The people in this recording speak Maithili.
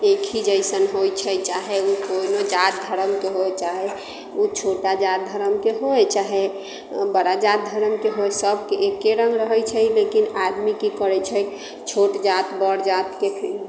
एक ही जइसन होइत छै चाहे ओ कोनो जात धरमके होइ चाहे ओ छोटा जाति धर्मके होइ चाहे बड़ा जाति धर्मके होइ सभके एक्के रङ्ग रहैत छै लेकिन आदमी की करैत छै छोट जाति बड़ जातिके फेरी